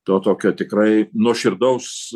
to tokio tikrai nuoširdaus